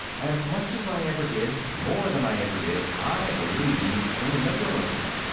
as much as i ever did, more than i ever did, i believe in liberalism.